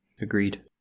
Agreed